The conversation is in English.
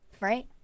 right